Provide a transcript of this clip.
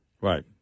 Right